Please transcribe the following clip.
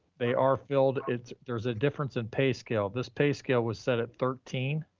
they are filled it's. there's a difference in pay scale. this pay scale was set at thirteen,